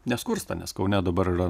neskursta nes kaune dabar yra